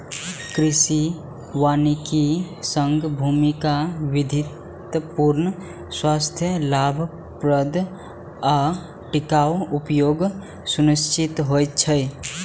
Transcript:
कृषि वानिकी सं भूमिक विविधतापूर्ण, स्वस्थ, लाभप्रद आ टिकाउ उपयोग सुनिश्चित होइ छै